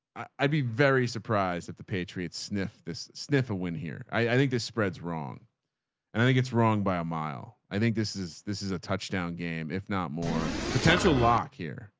i'd be very surprised at the patriots. sniff this sniff a win here. i think this spreads wrong and i think it's wrong by a mile. i think this is, this is a touchdown game. if not more potential lock here,